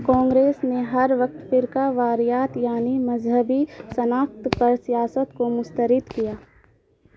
کانگریس نے ہر وقت فرقہ واریات یعنی مذہبی شناخت پر سیاست کو مسترد کیا